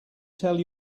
tell